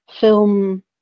film